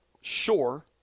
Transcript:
Sure